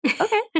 okay